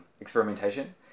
experimentation